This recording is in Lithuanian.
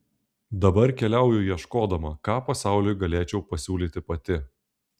dabar keliauju ieškodama ką pasauliui galėčiau pasiūlyti pati